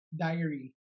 diary